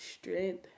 strength